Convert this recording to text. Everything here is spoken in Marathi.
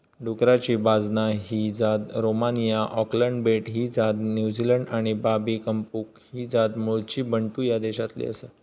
डुकराची बाजना ही जात रोमानिया, ऑकलंड बेट ही जात न्युझीलंड आणि बाबी कंपुंग ही जात मूळची बंटू ह्या देशातली आसा